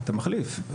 אתה מחליף.